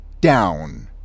down